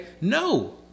No